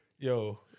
Yo